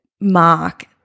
mark